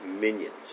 minions